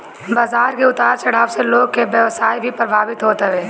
बाजार के उतार चढ़ाव से लोग के व्यवसाय भी प्रभावित होत हवे